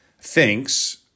thinks